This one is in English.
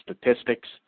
statistics